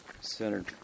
centered